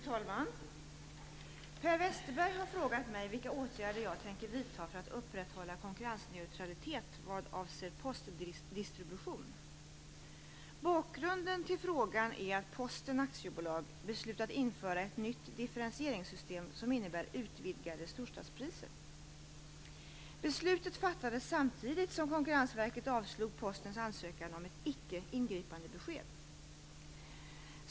Fru talman! Per Westerberg har frågat mig vilka åtgärder jag tänker vidta för att upprätthålla konkurrensneutralitet vad avser postdistribution. Bakgrunden till frågan är att Posten AB beslutat införa ett nytt differentieringssytem som innebär utvidgade storstadspriser. Beslutet fattades samtidigt som Konkurrensverket avslog Postens ansökan om ett icke-ingripandebesked.